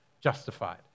justified